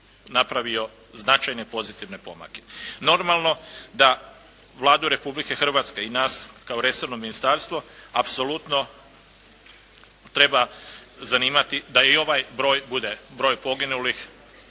napravio značajne pozitivne pomake. Normalno da Vladu Republike Hrvatske i nas kao resorno ministarstvo apsolutno treba zanimati da i ovaj broj bude broj poginulih,